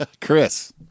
Chris